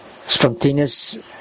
spontaneous